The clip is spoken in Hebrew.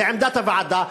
זה עמדת הוועדה,